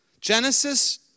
Genesis